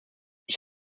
ich